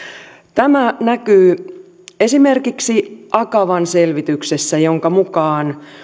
tämä näkyy esimerkiksi akavan selvityksessä jonka mukaan